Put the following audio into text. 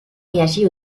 réagi